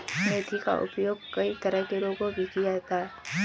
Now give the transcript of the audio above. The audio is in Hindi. मेथी का प्रयोग कई तरह के रोगों से भी बचाता है